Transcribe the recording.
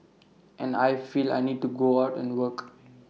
and I feel I need to go out and work